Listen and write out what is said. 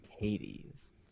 Hades